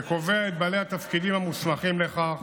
וקובע את בעלי התפקידים המוסמכים לכך